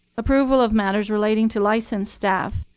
approval of matters relating to licensed staff,